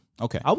Okay